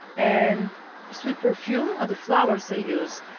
and sweet perfume are the flowers they use.